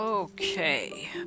okay